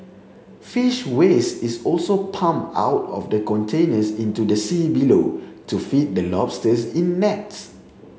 fish waste is also pumped out of the containers into the sea below to feed the lobsters in nets